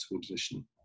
position